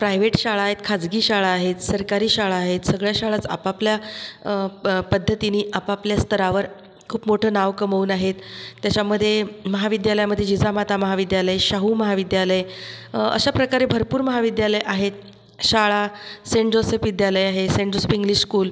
private शाळा आहेत खाजगी शाळा आहेत सरकारी शाळा आहेत सगळ्या शाळाच आपापल्या पं पद्धतीनी आपापल्या स्तरावर खूप मोठं नाव कमवून आहेत त्याच्यामध्ये महाविद्यालयामध्ये जिजामाता महाविद्यालय शाहू महाविद्यालय अशा प्रकारे भरपूर महाविद्यालय आहेत शाळा सेंट जोसेफ विद्यालय आहे सेंट जोसेफ इंग्लिश स्कूल